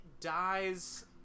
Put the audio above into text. dies